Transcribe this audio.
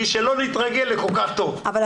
שלא נתרגל לכל כך טוב,